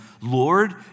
Lord